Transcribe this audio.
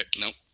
nope